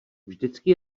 vždycky